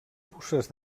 puces